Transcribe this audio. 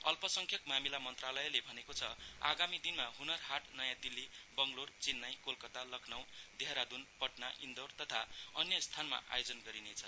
अल्पसंख्यक मामिला मन्त्रालयले भनेको छ आगामी दिनमा ह्नर हाट नयाँ दिल्ली बड़लोर चेन्नाई कोलकाता लखनौ देहरादुन पटना इन्दौर तथा अन्य स्थानमा आयोजन गरिने छ